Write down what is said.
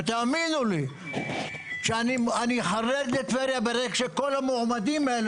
ותאמינו לי שאני חרד לטבריה ברגע שכל המועמדים האלה